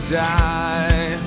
die